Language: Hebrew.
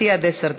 נא להוסיף אותו,